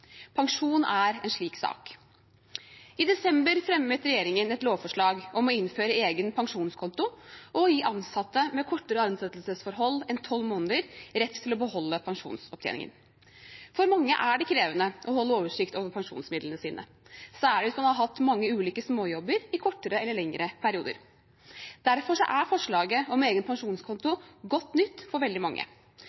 Pensjon er en slik sak. I desember fremmet regjeringen et lovforslag om å innføre egen pensjonskonto og å gi ansatte med kortere ansettelsesforhold enn tolv måneder rett til å beholde pensjonsopptjeningen. For mange er det krevende å holde oversikt over pensjonsmidlene sine, særlig hvis man har hatt mange ulike småjobber i kortere eller lengre perioder. Derfor er forslaget om egen pensjonskonto